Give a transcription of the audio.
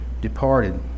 departed